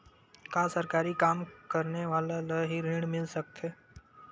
का सरकारी काम करने वाले ल हि ऋण मिल सकथे?